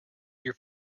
your